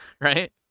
Right